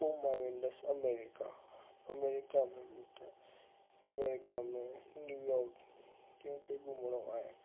पोइ मां वेंदसि अमेरिका अमेरिका में मूंखे अमेरिका में न्यूयॉर्क घुमणो आहे